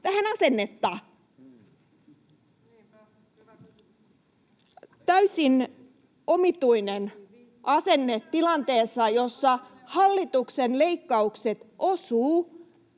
Menkää töihin!] Täysin omituinen asenne tilanteessa, jossa hallituksen leikkaukset osuvat